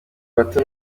bato